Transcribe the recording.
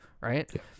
Right